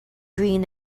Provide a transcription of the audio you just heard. green